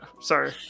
sorry